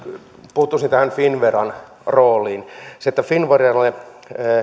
puuttuisin tähän finnveran rooliin finnveralle